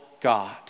God